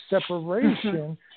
separation